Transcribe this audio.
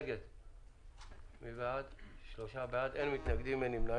הצבעה בעד, 3 ההצעה להקים ועדת משנה